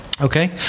Okay